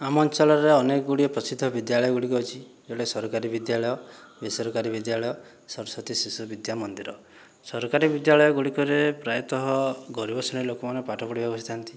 ଆମ ଅଞ୍ଚଳରେ ଅନେକ ଗୁଡ଼ିଏ ପ୍ରସିଦ୍ଧ ବିଦ୍ୟାଳୟ ଗୁଡ଼ିକ ଅଛି ଯେଉଁଟାକି ସରକାରୀ ବିଦ୍ୟାଳୟ ବେସରକାରୀ ବିଦ୍ୟାଳୟ ସ୍ଵରସ୍ଵତୀ ଶିଶୁ ବିଦ୍ୟାମନ୍ଦିର ସରକାରୀ ବିଦ୍ୟାଳୟ ଗୁଡ଼ିକରେ ପ୍ରାୟତଃ ଗରିବ ଶ୍ରେଣୀ ଲୋକମାନେ ପାଠ ପଢ଼ିବାକୁ ଆସିଥାନ୍ତି